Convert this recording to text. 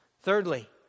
Thirdly